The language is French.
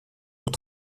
aux